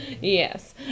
Yes